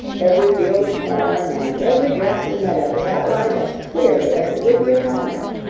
every field of corn and every grassy meadow is outlined as clearly as it would be upon a map.